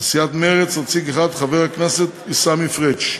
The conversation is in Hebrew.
לסיעת מרצ, נציג אחד, חבר הכנסת עיסאווי פריג'.